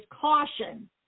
caution